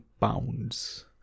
pounds